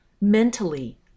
mentally